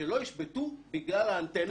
שלא ישבתו בגללה האנטנה,